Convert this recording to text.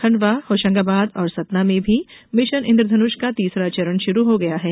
खंडवा होशंगाबाद और सतना में भी मिशन इंद्रधनुष का तीसरा चरण शुरू हो गया है